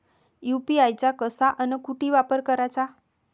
UPI चा कसा अन कुटी वापर कराचा?